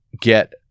get